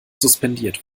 suspendiert